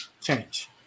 change